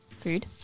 food